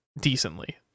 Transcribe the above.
decently